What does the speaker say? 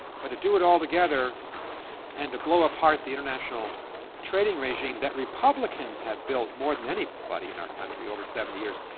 but to do it all together and to blow apart the international trading regime that republicans have built more than anybody in our country over seventy years,